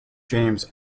james